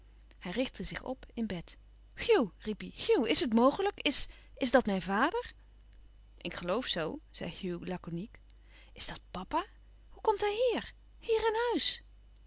hij richtte zich op in bed hugh riep hij hugh is het mogelijk is is dat mijn vader ik geloof zoo zei hugh laconiek is dat papa hoe komt hij hier hier in huis